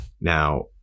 now